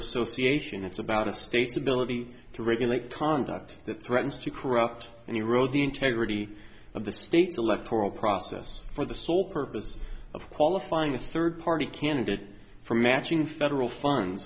association it's about a state's ability to regulate conduct that threatens to corrupt and erode the integrity of the state's electoral process for the sole purpose of qualifying a third party candidate for matching federal funds